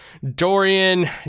Dorian